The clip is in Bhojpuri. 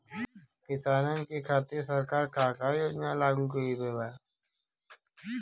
किसानन के खातिर सरकार का का योजना लागू कईले बा?